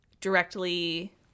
directly